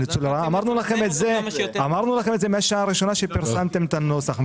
אמרנו לכם את זה מהשעה הראשונה שפרסמתם את הנוסח,